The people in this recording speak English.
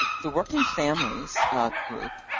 the working families group,